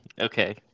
Okay